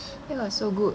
where got so good